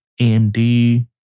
AMD